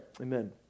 amen